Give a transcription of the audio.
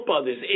others